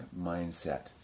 mindset